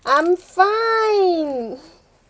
I'm fine